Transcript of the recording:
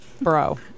Bro